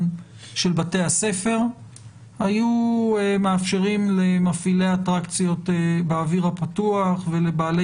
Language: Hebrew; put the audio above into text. של בתי הספר היו מאפשרים למפעילי האטרקציות באוויר הפתוח ולבעלי